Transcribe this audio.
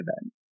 event